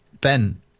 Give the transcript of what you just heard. Ben